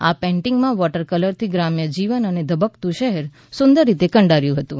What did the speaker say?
આ પેન્ટિંગમાં વોટર કલરથી ગ્રામ્ય જીવન અને ધબકતું શહેર સુંદર રીતે કંડારયું હતું